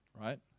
right